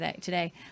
today